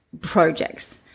projects